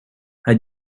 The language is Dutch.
hij